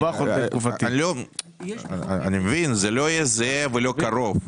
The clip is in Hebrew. אני מבין, זה לא יהיה זהה ולא קרוב,